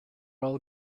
all